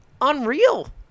unreal